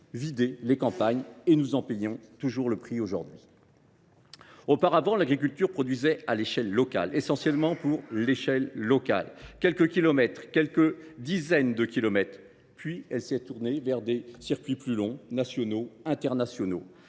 vidé les campagnes. Or nous en payons toujours le prix aujourd’hui… Auparavant, l’agriculture produisait à l’échelle locale, essentiellement pour l’échelon local, à quelques kilomètres, quelques dizaines de kilomètres de distance ; puis, elle s’est tournée vers les circuits plus longs, nationaux et internationaux.